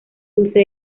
dulce